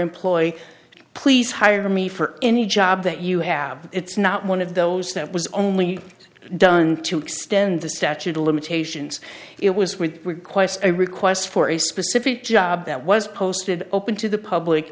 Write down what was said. to please hire me for any job that you have it's not one of those that was only done to extend the statute of limitations it was with requests a request for a specific job that was posted open to the public